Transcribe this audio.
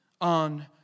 on